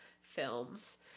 films